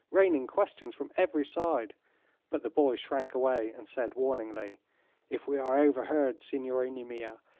raining questions from every side but the boy shrank away and said, warningly if we are overheard, signorini mia,